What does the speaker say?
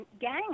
gang